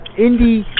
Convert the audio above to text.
indie